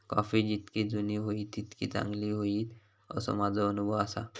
coffee जितकी जुनी होईत तितकी चांगली होईत, असो माझो अनुभव आसा